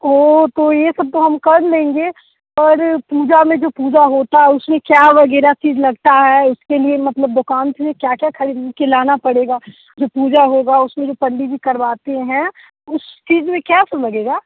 ओह तो यह सब तो हम कर लेंगे पर पूजा में जो पूजा होती है उसमें क्या वग़ैरह चीज़ लगती है उसके लिए मतलब दुकान से क्या क्या चीज़ ख़रीद के लाना पड़ेगा जो पूजा होगी उसमें पंडित जी करवाते हैं उस चीज़ में क्या सब लगेगा